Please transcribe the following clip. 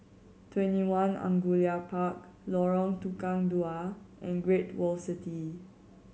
TwentyOne Angullia Park Lorong Tukang Dua and Great World City